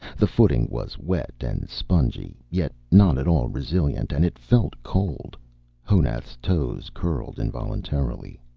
the footing was wet and spongy, yet not at all resilient, and it felt cold honath's toes curled involuntarily.